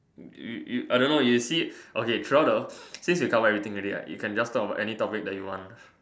you you I don't know you see okay throughout the since you covered everything already right you can just talk about any topic that you want